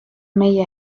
meie